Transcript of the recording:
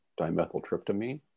dimethyltryptamine